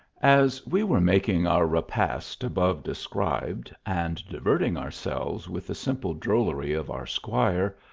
as we were making our repast above described, and diverting ourselves with the simple drollery of our squire,